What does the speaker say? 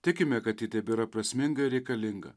tikime kad ji tebėra prasminga ir reikalinga